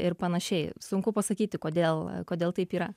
ir panašiai sunku pasakyti kodėl kodėl taip yra